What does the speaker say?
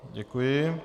Děkuji.